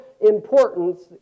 importance